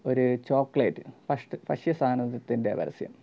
ഒരു chocolate first ഭക്ഷ്യ സാധനത്തിൻ്റെ പരസ്യം